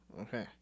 Okay